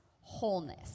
wholeness